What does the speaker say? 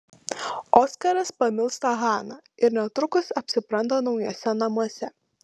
oskaras pamilsta haną ir netrukus apsipranta naujuose namuose